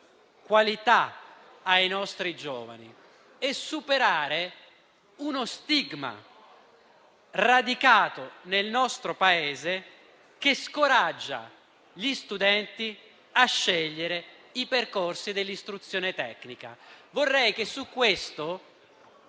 qualità ai nostri giovani, superando uno stigma radicato nel nostro Paese che scoraggia gli studenti a scegliere i percorsi dell'istruzione tecnica. Vorrei che su questo